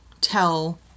tell